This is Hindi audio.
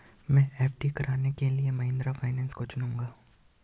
मैं एफ.डी कराने के लिए महिंद्रा फाइनेंस को चुनूंगी